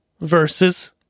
versus